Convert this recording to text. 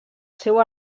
seu